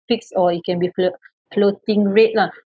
fixed or it can be floa~ floating rate lah